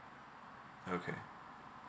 okay